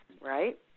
right